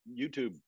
YouTube